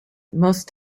most